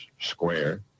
square